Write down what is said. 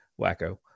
wacko